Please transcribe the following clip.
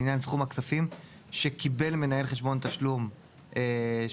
לעניין סכום הכספים שקיבל מנהל חשבון תשלום שהוא